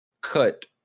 cut